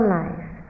life